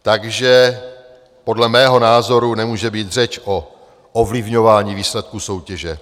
Takže podle mého názoru nemůže být řeč o ovlivňování výsledků soutěže.